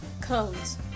cones